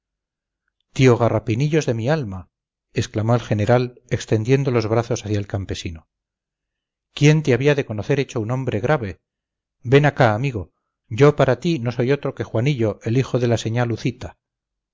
tío garrapinillos de mi alma exclamó el general extendiendo los brazos hacia el campesino quién te había de conocer hecho un hombre grave ven acá amigo yo para ti no soy otro que juanillo el hijo de la señá luciíta